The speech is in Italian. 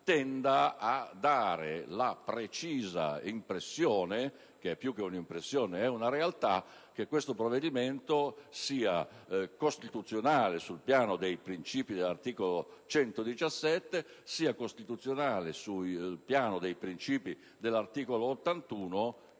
tendano a dare la precisa impressione - più che un'impressione è una realtà - che il disegno di legge sia costituzionale sul piano dei princìpi dell'articolo 117 e sia costituzionale sul piano dei princìpi dell'articolo 81,